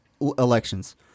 elections